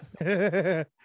yes